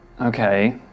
Okay